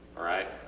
alright.